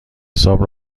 حساب